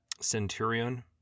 centurion